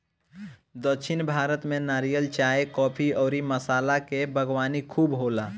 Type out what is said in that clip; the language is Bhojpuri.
दक्षिण भारत में नारियल, चाय, काफी अउरी मसाला के बागवानी खूब होला